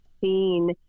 seen